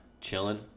chilling